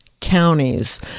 counties